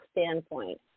standpoint